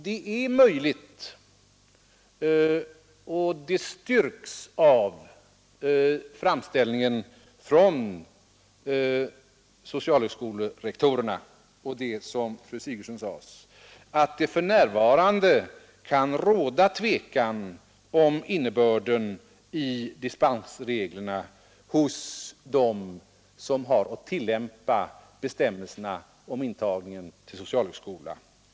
Det är möjligt — och det styrks av framställningen från socialhögskolerektorerna och av det som fru Sigurdsen sade — att det för närvarande kan råda tvekan om innebörden av begreppet dispens hos dem som har att tillämpa bestämmelserna om intagningen till socialhögskolan.